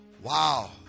Wow